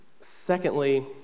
Secondly